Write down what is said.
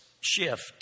shift